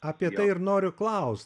apie tai ir noriu klaust